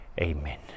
Amen